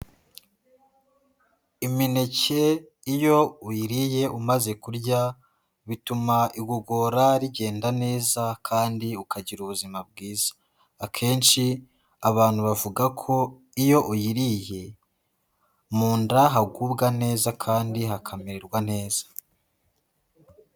Imineke iyo uyiriye umaze kurya bituma igogora rigenda neza kandi ukagira ubuzima bwiza, akenshi abantu bavuga ko iyo uyiriye mu nda hagubwa neza kandi hakamererwa neza.